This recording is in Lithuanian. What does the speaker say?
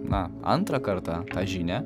na antrą kartą tą žinią